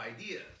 ideas